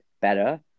better